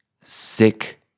sick